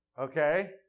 okay